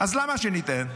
אז למה שניתן?